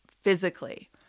physically